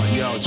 yo